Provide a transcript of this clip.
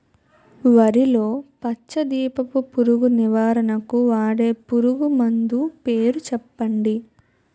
వరిలో పచ్చ దీపపు పురుగు నివారణకు వాడే పురుగుమందు పేరు చెప్పండి?